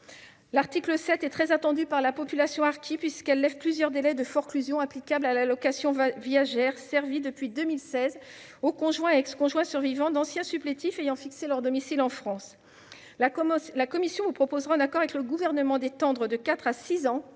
l'article 7, très attendu par la population harkie, lève plusieurs délais de forclusion applicables à l'allocation viagère, servie depuis 2016 aux conjoints et ex-conjoints survivants d'anciens supplétifs ayant fixé leur domicile en France. La commission vous proposera, en accord avec le Gouvernement, d'étendre de quatre ans